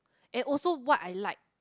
and also what I like